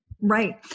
Right